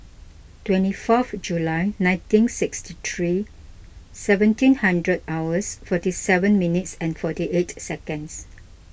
twenty fourth July nineteen sixty three seventeen hundred hours forty seven minutes and forty eight seconds